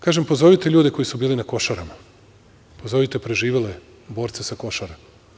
Kažem - pozovite ljude koji su bili na Košarama, pozovite preživele borce sa Košara.